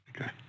Okay